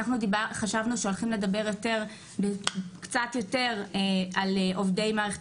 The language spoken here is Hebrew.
אנחנו חשבנו שהולכים לדבר קצת יותר על עובדי מערכת